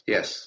Yes